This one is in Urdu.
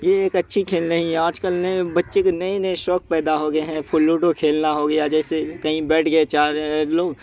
یہ ایک اچھی کھیل نہیں ہے آج کل نئے بچے کے نئے نئے شوق پیدا ہو گئے ہیں لوڈو کھیلنا ہو گیا جیسے کہیں بیٹھ گئے چار لوگ